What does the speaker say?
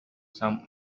some